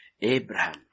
Abraham